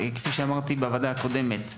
כפי שאמרתי בישיבה הקודמת,